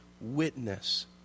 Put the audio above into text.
witness